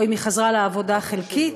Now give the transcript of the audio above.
או אם היא חזרה לעבודה חלקית.